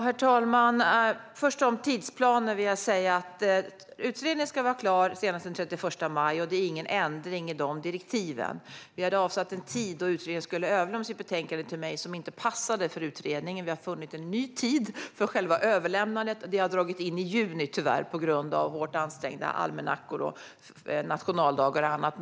Herr talman! Vad gäller tidsplanen vill jag säga att utredningen ska vara klar senaste den 31 maj. Den är ingen ändring i dessa direktiv. Vi hade avsatt en tid då utredningen skulle överlämna sitt betänkande till mig som inte passade för utredningen, men vi har funnit en ny tid för själva överlämnandet. Detta har tyvärr dragit in i juni på grund av hårt anstränga almanackor, nationaldagar och annat.